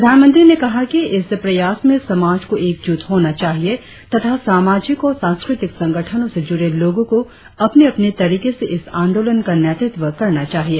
प्रधानमंत्री ने कहा कि इस प्रयास में समाज को एकजूट होना चाहिए तथा सामाजिक और सांस्कृतिक संगठनों से जुड़े लोगों को अपने अपने तरीके से इस आंदोलन का नेतृत्व करना चाहिए